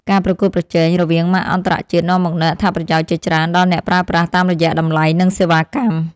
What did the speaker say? ការប្រកួតប្រជែងរវាងម៉ាកអន្តរជាតិនាំមកនូវអត្ថប្រយោជន៍ជាច្រើនដល់អ្នកប្រើប្រាស់តាមរយៈតម្លៃនិងសេវាកម្ម។